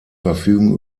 verfügen